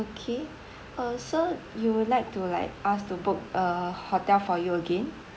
okay uh so you would like to like us to book a hotel for you again